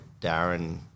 Darren